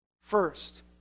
first